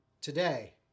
today